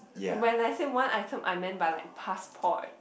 when I say one item I mean by like passport